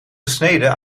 gesneden